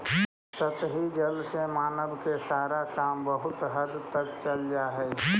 सतही जल से मानव के सारा काम बहुत हद तक चल जा हई